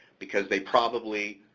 because they probably,